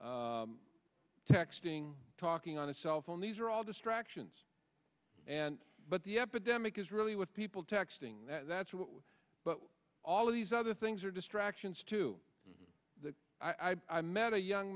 shaving texting talking on a cell phone these are all distractions and but the epidemic is really with people texting that's what but all of these other things are distractions to the i i met a young